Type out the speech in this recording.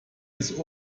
ist